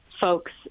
folks